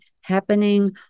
happening